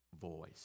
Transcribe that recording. voice